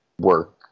work